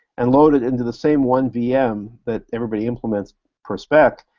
and load it into the same one vm that everybody implements for a spec,